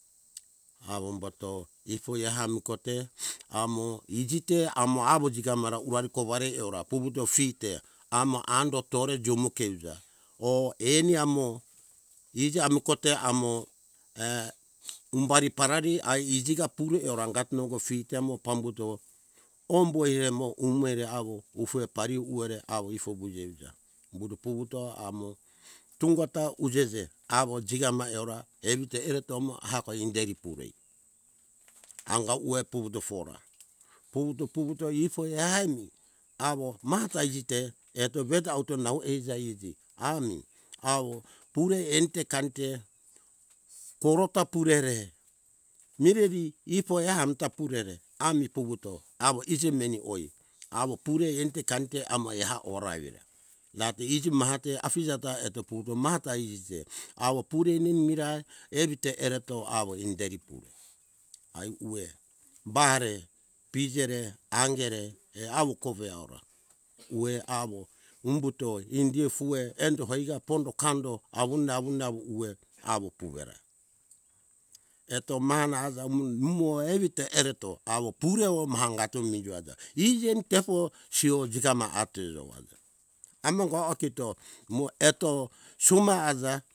Awo umbato ifoi amu kote amo iji te amo awo jigamara wan kouari eora puvuto fi te amo ando tore joumu ke uja oh eni amo iji ami kote amo umbari parari ai ijika pure ura angat nongo fei tamo pambuto ombo ere mo umo ere awo ufe pari uwere awo ifo wuje uja umbuto puwuto amo tungo ta ujise awo jingama eora evito ereto mo hako inderi purei anga uwe puvuto fora puvuto - puvuto ifo ehami awo mata ite eto veta auta nau eiza iji ami awo pure ente kante koroka pure re mireri ifoi amta purere ami puvuto awo iji oi awo pure ente kante amo ah ora evira ate iji mahate afijata eto puto mahata ise awo pure nen mirai evite ereto awo inderi pure ai uwe ba re pije re angere eau kove aura uwe awo umbuto indi fue enjo jogo iga pondo kando awun awun awue awo puera eto mana aja umun mumue evito ereto awo pureo mahangatu miro aja iji eni tepo siwo jingama ate jo aja amo gawa kito mo eto suma aja